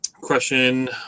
Question